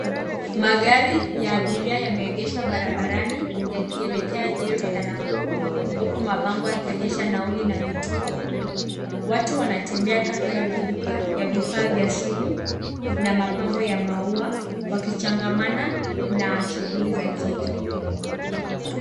Magari ya abiria yemeegeshwa barabarani yakielekea Nyeri na Nakuru huku mabango yakionyesha nauli na vituo. Watu wanatembea kando na duka ya vifaa vya simu na mapambo ya maua wakichangamana na shughuli za jiji.